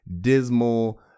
dismal